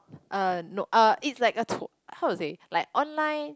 uh nope uh it's like a tour how to say like online